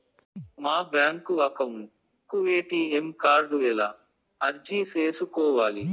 మా bank account కు ATM card ఎలా అర్జీ సేసుకోవాలి?